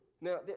Now